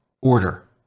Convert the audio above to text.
order